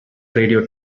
radio